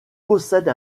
possède